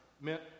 meant